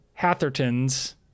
Hatherton's